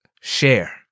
share